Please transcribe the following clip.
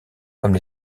comme